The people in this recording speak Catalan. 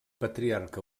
patriarca